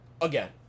again